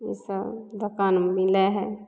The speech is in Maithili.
ईसब दोकानमे मिलै हइ